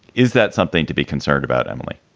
is that something to be concerned about, emily?